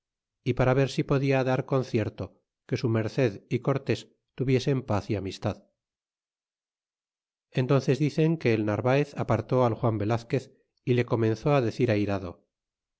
y para ver si podia dar concierto que su merced y cortés tuviesen paz y amistad entónces dicen que el narvaez apartó al juan velazquez y le comenzó decir airado